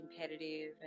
competitive